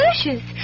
delicious